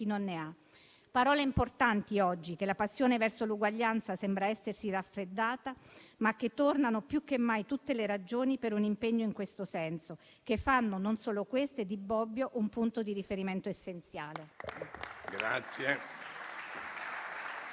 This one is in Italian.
non ne ha». Sono parole importanti oggi che la passione verso l'uguaglianza sembra essersi raffreddata, ma che tornano più che mai tutte le ragioni per un impegno in questo senso e che fanno di Bobbio un punto di riferimento essenziale.